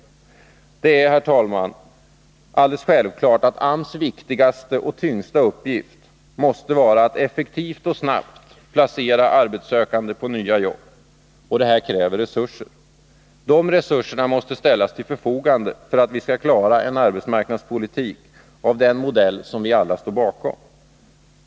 Det är, herr talman, alldeles självklart att AMS viktigaste och tyngsta uppgift måste vara att effektivt och snabbt placera arbetssökande på nya jobb, vilket kräver resurser. Dessa resurser måste ställas till förfogande för att vi skall klara en arbetsmarknadspolitik av den modell som vi alla står bakom.